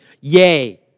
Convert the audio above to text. yay